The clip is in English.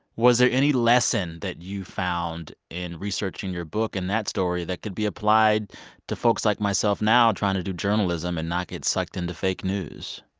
was there any lesson that you found in researching your book in that story that could be applied to folks like myself now trying to do journalism and not get sucked into fake news?